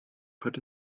put